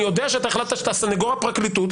אני יודע שאתה החלטת שאתה סנגור הפרקליטות,